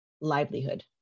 livelihood